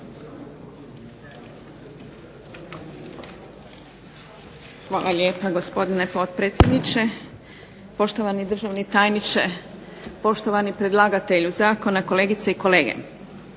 Hvala lijepa gospodine potpredsjedniče. Poštovani državni tajniče, poštovani predlagatelju zakona, kolegice i kolege